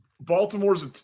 Baltimore's